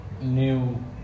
new